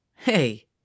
Hey